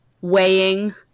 weighing